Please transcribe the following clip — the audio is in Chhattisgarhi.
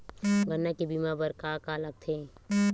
गन्ना के बीमा बर का का लगथे?